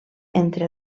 entre